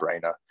brainer